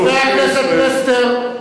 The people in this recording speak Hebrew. חבר הכנסת פלסנר.